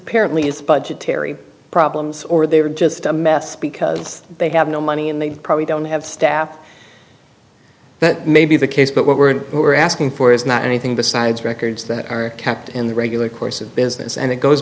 apparently is budgetary problems or they were just a mess because they have no money and they probably don't have staff that may be the case but what we're we're asking for is not anything besides records that are kept in the regular course of business and it goes